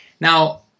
Now